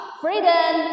freedom